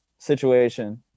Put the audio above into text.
situation